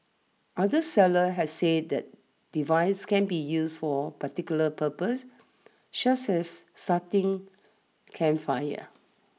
other sellers have said the device can be used for particular purposes such as starting campfires